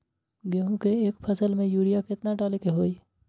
गेंहू के एक फसल में यूरिया केतना डाले के होई?